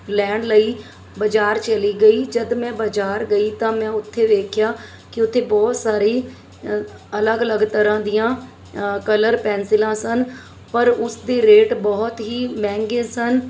ਲੈਣ ਲਈ ਬਜ਼ਾਰ ਚਲੀ ਗਈ ਜਦ ਮੈਂ ਬਜ਼ਾਰ ਗਈ ਤਾਂ ਮੈਂ ਉੱਥੇ ਵੇਖਿਆ ਕਿ ਉੱਥੇ ਬਹੁਤ ਸਾਰੇ ਅਲੱਗ ਅਲੱਗ ਤਰ੍ਹਾਂ ਦੀਆਂ ਕਲਰ ਪੈਨਸਿਲਾਂ ਸਨ ਪਰ ਉਸ ਦੇ ਰੇਟ ਬਹੁਤ ਹੀ ਮਹਿੰਗੇ ਸਨ